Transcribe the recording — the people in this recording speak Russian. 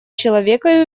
человека